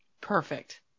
Perfect